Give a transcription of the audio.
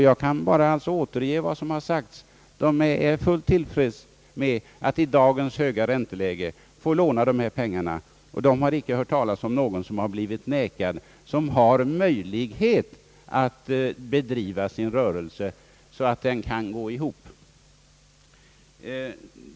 Jag kan bara återge vad som sagts mig. Åkeriägarna är fullt till freds med att i dagens läge få låna dessa pengar. De har icke hört talas om att någon, som har möjlighet att bedriva sin rörelse så att den kan gå ihop, har blivit nekad sådana lån.